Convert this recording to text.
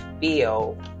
feel